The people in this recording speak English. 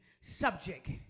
subject